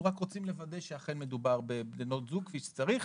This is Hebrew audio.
רק רוצים לוודא שאכן מדובר בבנות זוג כפי שצריך.